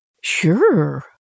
Sure